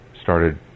started